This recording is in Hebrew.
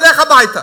לך הביתה.